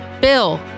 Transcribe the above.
Bill